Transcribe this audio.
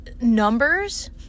numbers